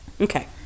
Okay